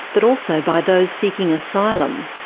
but also by those seeking asylum.